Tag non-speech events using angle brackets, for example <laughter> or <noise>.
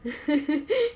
<laughs>